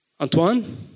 Antoine